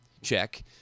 check